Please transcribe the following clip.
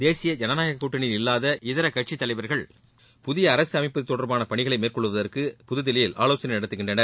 தேசிய இஜனநாயக கூட்டணியில் இல்லாத இதர கட்சித் தலைவர்கள் புதிய அரசு அமைப்பது தொடர்பான பணிகளை மேற்கொள்வதற்கு புதுதில்லியில் ஆலோசனை நடத்துகின்றனர்